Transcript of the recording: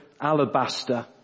alabaster